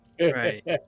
Right